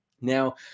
Now